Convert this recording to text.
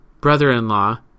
brother-in-law